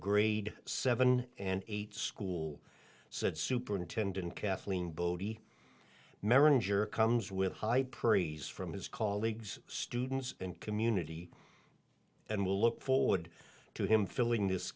grade seven and eight school said superintendent kathleen bodhi comes with high praise from his colleagues students and community and will look forward to him filling this